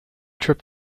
trip